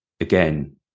again